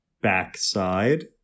backside